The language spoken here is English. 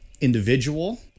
individual